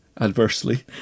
adversely